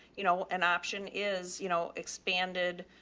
you know, an option is, you know, expanded,